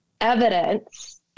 evidence